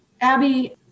Abby